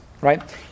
right